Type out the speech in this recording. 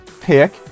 pick